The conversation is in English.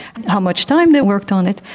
how much time they worked on it,